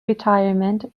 retirement